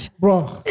Bro